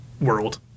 world